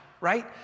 right